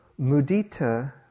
mudita